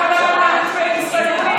18 למה לא הזכרתם את המתווה שכתבתם?